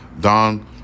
Don